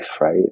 Right